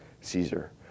Caesar